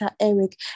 Eric